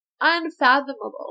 unfathomable